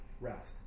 rest